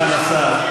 סגן השר,